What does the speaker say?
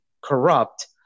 corrupt